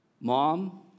Mom